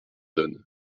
zone